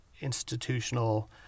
institutional